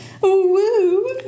Woo